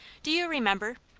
do you remember?